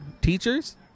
teachers